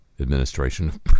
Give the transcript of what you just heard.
administration